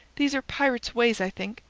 these are pirate's ways, i think!